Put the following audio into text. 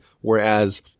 whereas